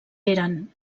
eren